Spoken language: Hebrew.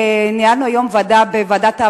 ניהלנו היום ישיבה בוועדת העבודה,